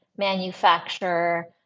manufacture